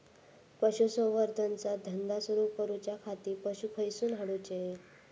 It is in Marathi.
पशुसंवर्धन चा धंदा सुरू करूच्या खाती पशू खईसून हाडूचे?